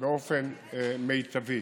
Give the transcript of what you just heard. באופן מיטבי.